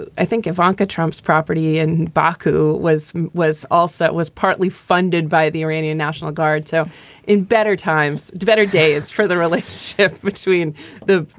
i think ivanka trump's property in baku was was also was partly funded by the iranian national guard. so in better times, better days for the relief's if between the,